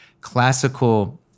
classical